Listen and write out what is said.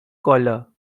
collar